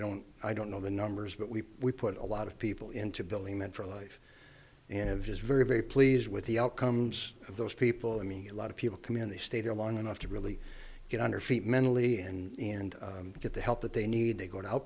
don't i don't know the numbers but we we put a lot of people into building that for life and just very very pleased with the outcomes of those people i mean a lot of people come in they stay there long enough to really get on her feet mentally and and get the help that they need to go to